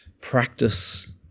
Practice